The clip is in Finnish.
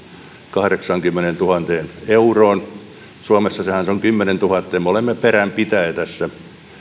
kahdeksaankymmeneentuhanteen euroon suomessa sehän on kymmenentuhatta ja me olemme peränpitäjä tässä